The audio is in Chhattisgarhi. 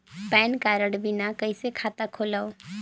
पैन कारड बिना कइसे खाता खोलव?